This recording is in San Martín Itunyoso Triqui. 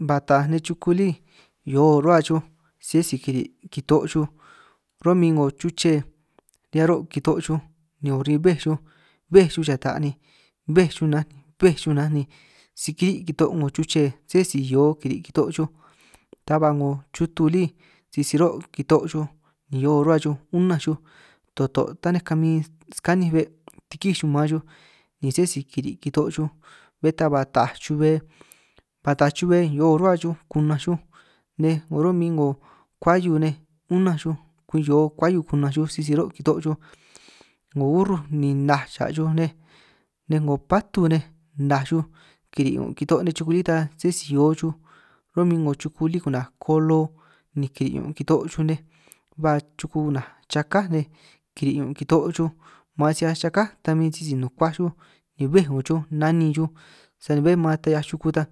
Ba taaj nej chuku lí hio ruhua xuj sé si kiri' kitoo' xuj, ro'min 'ngo chuche hia ro' kitoo' xuj ni urin bbéj xuj xata bbéj xuj nanj bbéj xuj nanj ni si kiri' kitoo' 'ngo chuche, se si hio kiri' kitoo' xuj ta ba 'ngo chutu lí sisi ro' kitoo' xuj, ni hio rruhua xuj unanj xuj toto' taninj kamin scaninj be' tikij xuj maan xuj, ni sé si kiri' kito'o xuj bé ta ba taaj chubej ba taaj chube hio ruhua xuj kunanj xuj, nej 'ngo ro'min 'ngo kuahiu nej unanj xuj kwi hio kuahiu kunanj xuj sisi ro' kitoo' chuj, 'ngo urruj ni naj xa xuj nej 'ngo patu nej naj xuj kiri' kitoo' nej xuku lí ta, sé si hio xuj ro'min 'ngo chuku lí ku'naj kolo ni kiri' ñun' kitoo' xuj nej, ba chuku ku'naj chaká nej kiri' ñun' kitoo xuj man si 'hiaj chakáj ta min sisi nukuaj xuj, ni bbej ñun xuj nanin xuj sani bé man ta 'hiaj chuku ta